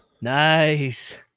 Nice